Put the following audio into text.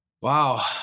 Wow